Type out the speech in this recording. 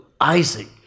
Isaac